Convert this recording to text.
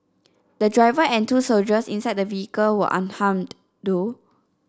the driver and two soldiers inside the vehicle were unharmed though